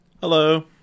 Hello